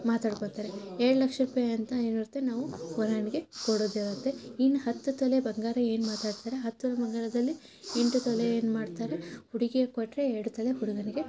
ಮಾತಾಡ್ಕೊತಾರೆ ಏಳು ಲಕ್ಷ ರೂಪಾಯ್ ಅಂತ ಏನಿರುತ್ತೆ ನಾವು ವರನಿಗೆ ಕೊಡೋದಿರುತ್ತೆ ಇನ್ನು ಹತ್ತು ತೊಲೆ ಬಂಗಾರ ಏನು ಮಾತಾಡ್ತಾರೆ ಹತ್ತು ತೊಲೆ ಬಂಗಾರದಲ್ಲಿ ಎಂಟು ತೊಲೆ ಏನು ಮಾಡ್ತಾರೆ ಹುಡುಗಿಯ ಕೊಟ್ಟರೆ ಎರಡು ತೊಲೆ ಹುಡುಗನಿಗೆ